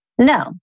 No